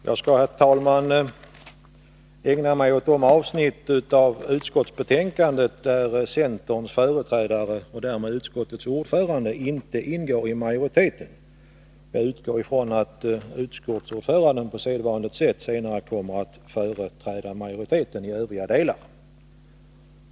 Herr talman! Jag skall ägna mig åt de avsnitt i utskottsbetänkandet där centerns företrädare, och därmed utskottets ordförande, inte ingår i majoriteten. Jag utgår från att utskottsordföranden på sedvanligt sätt senare kommer att företräda majoriteten i övriga delar.